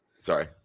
Sorry